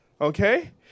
Okay